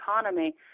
economy